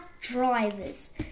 drivers